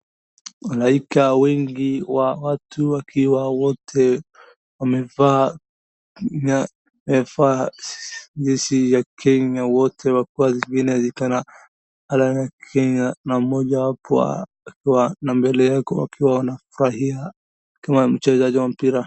Halaiki wengi wa watu wakiwa wote wamevaa jezi ya Kenya wote zingine zikiwa zimeandikwa Kenya na mmoja hapo akiwa, mbele yao akiwa anavalia akiwa mchezaji wa mpira.